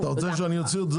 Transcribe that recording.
אתה רוצה שאני אוציא אותך?